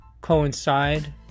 coincide